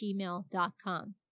gmail.com